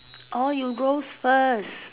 orh you roast first